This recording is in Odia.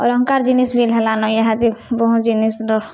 ଅଲଙ୍କାର୍ ଜିନିଷ୍ ବି ହେଲାନ ଇହାଦେ ବହୁତ୍ ଜିନିଷ୍